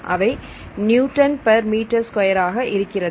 அவை newton per metre square ஆக இருக்கிறது